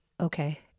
okay